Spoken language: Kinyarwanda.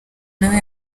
nawe